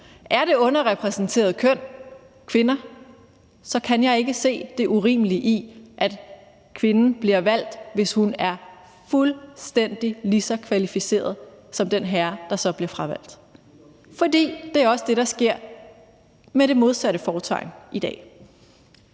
Er det underrepræsenterede køn kvinder, kan jeg ikke se det urimelige i, at kvinden bliver valgt, hvis hun er fuldstændig lige så kvalificeret som den herre, der så bliver fravalgt. For det er også det, der sker, med det modsatte fortegn i dag.